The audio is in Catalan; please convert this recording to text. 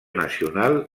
nacional